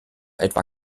etwa